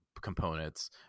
components